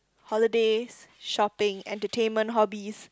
holidays shopping entertainment hobbies